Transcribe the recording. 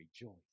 rejoice